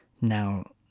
now